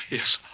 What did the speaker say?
Yes